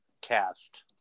cast